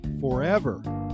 forever